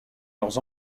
leurs